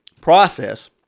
process